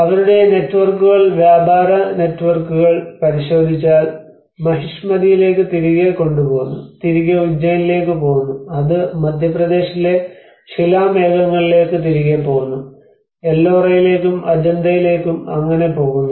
അവരുടെ നെറ്റ്വർക്കുകൾ വ്യാപാരം നെറ്റ്വർക്കുകൾ പരിശോധിച്ചാൽ മഹിഷ്മതിയിലേക്ക് തിരികെ കൊണ്ടുപോകുന്നു തിരികെ ഉജ്ജയിനിലേക്ക് പോകുന്നു അത് മധ്യപ്രദേശിലെ ശിലാമേഘങ്ങളിലേക്ക് തിരികെ പോകുന്നു എല്ലോറയിലേക്കും അജന്തയിലേക്കും Ellora Ajanta അങ്ങനെ പോകുന്നു